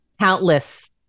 countless